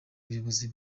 ubuyobozi